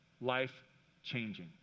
life-changing